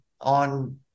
on